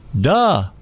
Duh